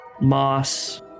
moss